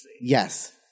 Yes